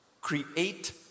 create